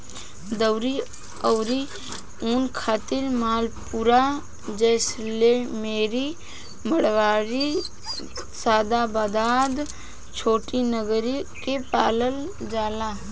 दरी अउरी ऊन खातिर मालपुरा, जैसलमेरी, मारवाड़ी, शाबाबाद, छोटानगरी के पालल जाला